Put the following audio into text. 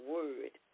Word